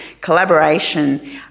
collaboration